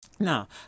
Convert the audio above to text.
Now